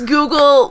Google